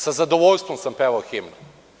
Sa zadovoljstvom sam pevao himnu.